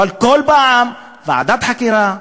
אבל כל פעם ועדת חקירה,